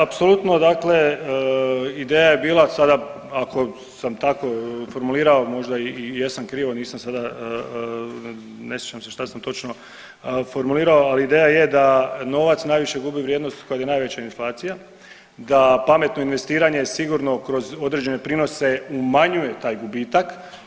Apsolutno dakle ideja je bila sada ako sam tako formulirao možda i jesam krivo nisam sada, ne sjećam se šta sam točno formulirao, ali ideja je da novac najviše gubi vrijednost kada je najveća inflacija, da pametno investiranje sigurno kroz određene prinose umanjuje taj gubitak.